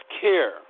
care